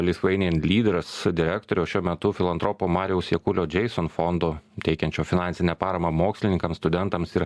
litchueinian lyders direktoriaus šiuo metu filantropo mariaus jakulio džeison fondo teikiančio finansinę paramą mokslininkams studentams ir